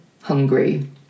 hungry